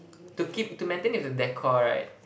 to keep to maintain with the decor right